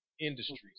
Industries